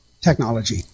technology